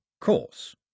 course